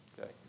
Okay